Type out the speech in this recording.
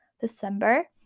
December